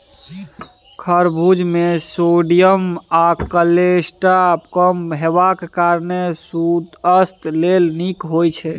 खरबुज मे सोडियम आ कोलेस्ट्रॉल कम हेबाक कारणेँ सुआस्थ लेल नीक होइ छै